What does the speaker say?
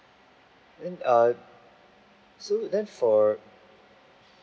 then err so then for